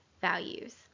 values